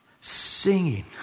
singing